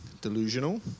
delusional